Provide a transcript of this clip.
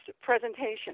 presentation